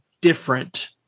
different